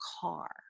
car